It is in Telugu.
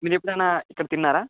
మీరెప్పుడైనా ఇక్కడ తిన్నారా